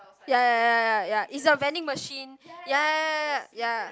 ya ya ya ya ya it's a vending machine ya ya ya ya ya ya